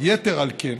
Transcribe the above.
יתר על כן,